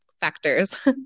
factors